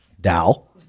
Dal